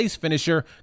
Finisher